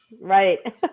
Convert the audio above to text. Right